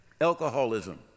Alcoholism